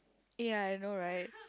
ya I know right